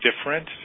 different